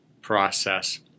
process